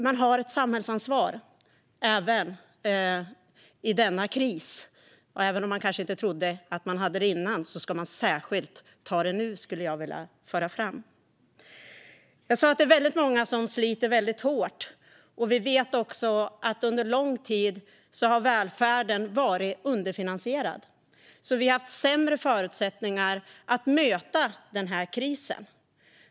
Man har ett samhällsansvar även i denna kris. Även om man kanske inte trodde att man hade det tidigare ska man ta det särskilt nu, skulle jag vilja föra fram. Jag sa att det är väldigt många som sliter väldigt hårt. Vi vet också att välfärden under lång tid varit underfinansierad så att vi har haft sämre förutsättningar att möta denna kris.